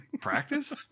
Practice